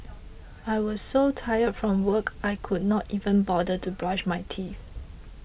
I was so tired from work I could not even bother to brush my teeth